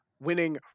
winning